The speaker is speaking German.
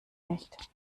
nicht